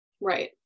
Right